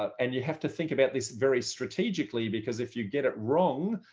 and you have to think about this very strategically because if you get it wrong,